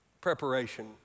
preparation